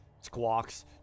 Squawks